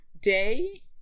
day